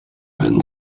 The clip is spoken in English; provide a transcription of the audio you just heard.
been